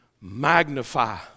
magnify